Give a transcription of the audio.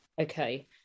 Okay